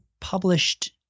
published